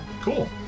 cool